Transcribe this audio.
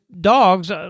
dogs